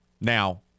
Now